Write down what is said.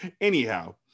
Anyhow